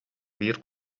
биир